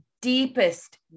Deepest